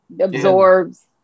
absorbs